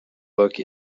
look